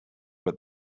what